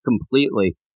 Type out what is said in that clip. completely